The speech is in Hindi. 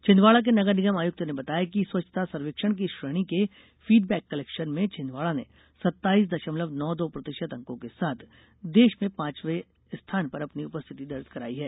छिंदवाडा के नगर निगम आयुक्त ने बताया कि स्वच्छता सर्वेक्षण की इस श्रेणी के फीडबैक कलेक्शन में छिंदवाड़ा ने सत्ताइस दशमलव नौ दो प्रतिशत अंकों के साथ देश में पांचवे स्थान पर अपनी उपस्थिति दर्ज कराई है